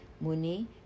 Muni